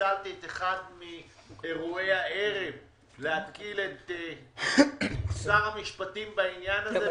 וניצלתי את אחד מאירועי הערב כדי להתקיל את שר המשפטים בעניין הזה.